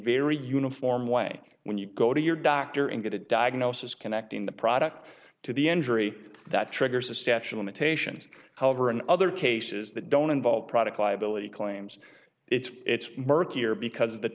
very uniform way when you go to your doctor and get a diagnosis connecting the product to the injury that triggers the statue limitations however in other cases that don't involve product liability claims it's it's murkier because